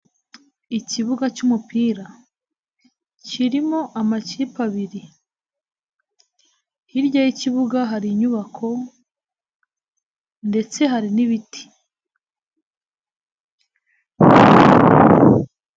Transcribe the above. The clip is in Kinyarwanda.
Ikibuga cy'umupira, kirimo amakipe abiri, hirya y'ikibuga hari inyubako ndetse hari n'ibiti.